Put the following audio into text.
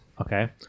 Okay